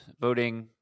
voting